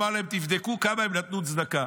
הוא אמר להם: תבדקו כמה הם נתנו צדקה.